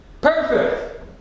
Perfect